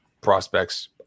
prospects